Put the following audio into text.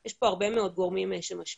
יש פה הרבה מאוד גורמים שמשפיעים.